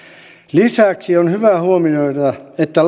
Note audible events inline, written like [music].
lisäksi on hyvä huomioida että [unintelligible]